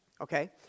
okay